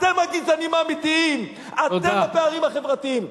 אתם הגזענים האמיתיים, אתם הפערים החברתיים.